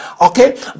okay